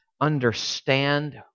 understand